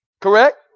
Correct